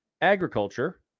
agriculture